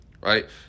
right